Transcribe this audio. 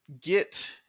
get